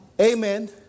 Amen